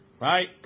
right